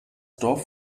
dorf